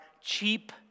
cheap